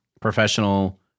professional